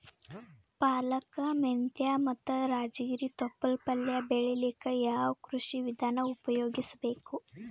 ಪಾಲಕ, ಮೆಂತ್ಯ ಮತ್ತ ರಾಜಗಿರಿ ತೊಪ್ಲ ಪಲ್ಯ ಬೆಳಿಲಿಕ ಯಾವ ಕೃಷಿ ವಿಧಾನ ಉಪಯೋಗಿಸಿ ಬೇಕು?